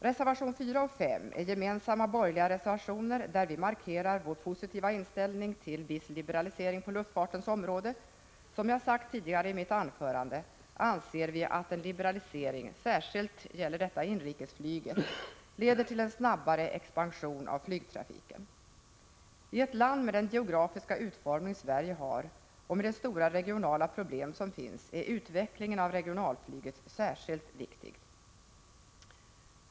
Reservationerna 4 och 5 är gemensamma borgerliga reservationer, där vi markerar vår positiva inställning till viss liberalisering på luftfartens område. Som jag sagt tidigare i mitt anförande, anser vi att en liberalisering — särskilt när det gäller inrikesflyget — leder till en snabbare expansion av flygtrafiken. I ett land med den geografiska utformning Sverige har och med de stora regionala problem som finns är utvecklingen av regionalflyget särskilt viktig.